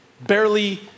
Barely